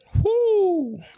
Woo